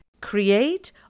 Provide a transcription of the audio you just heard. create